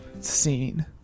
scene